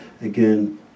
again